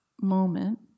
moment